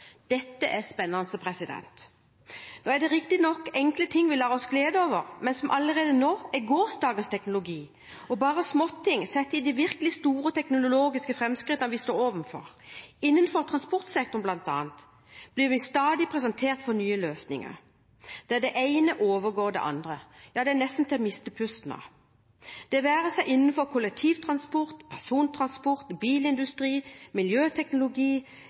Dette er spennende. Nå er det riktignok enkle ting vi lar oss glede over, som allerede nå er gårsdagens teknologi og bare småting sett i forhold til de virkelig store teknologiske framskrittene vi står overfor. Innenfor bl.a. transportsektoren blir vi stadig presentert for nye løsninger der det ene overgår det andre – ja, det er nesten til å miste pusten av – det være seg innenfor kollektivtransport, persontransport, bilindustri, miljøteknologi,